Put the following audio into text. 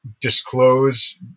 disclose